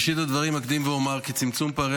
בראשית הדברים אקדים ואומר כי צמצום פערי